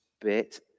bit